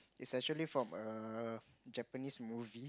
is actually from a Japanese movie